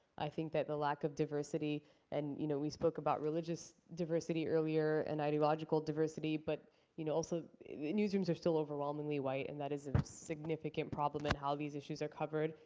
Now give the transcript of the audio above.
i think that the lack of diversity and you know we spoke about religious diversity earlier and ideological diversity, but you know also newsrooms are still overwhelmingly white. and that is a significant problem in how these issues are covered.